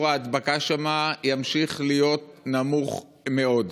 ההדבקה בהן ימשיך להיות נמוך מאוד.